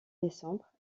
décembre